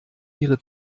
ihre